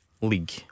League